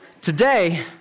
Today